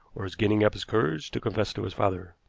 or is getting up his courage to confess to his father.